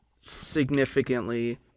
significantly